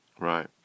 Right